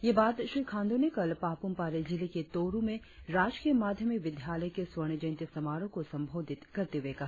ये बात श्री खांडू ने कल पापुम पारे जिले के तोरु में राजकीय माध्यमिक विद्यालय के स्वर्ण जयंती समारोह को संबोधित करते हुए कहा